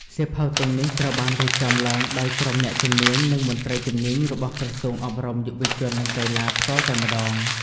សៀវភៅទាំងនេះត្រូវបានរៀបចំឡើងដោយក្រុមអ្នកជំនាញ និងមន្ត្រីជំនាញរបស់ក្រសួងអប់រំ យុវជន និងកីឡាផ្ទាល់តែម្ដង។